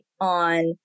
on